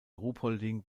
ruhpolding